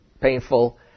painful